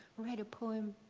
write a poem.